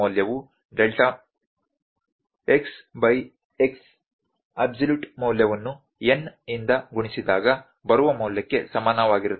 e ಮೌಲ್ಯವು xx absolute ಮೌಲ್ಯವನ್ನು n ಇಂದ ಗುಣಿಸಿದಾಗ ಬರುವ ಮೌಲ್ಯಕ್ಕೆ ಸಮಾನವಾಗಿರುತ್ತದೆ